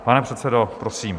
Pane předsedo, prosím.